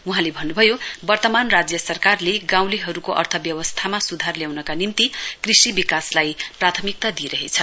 वहाँले भन्नुभयो वर्तमान र राज्य सरकारले गाउँलेहरूको अर्थव्यवस्थामा सुधार ल्याउनका निम्ति कृषि विकासलाई प्राथमिक्ता दिइरहेछ